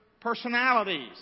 personalities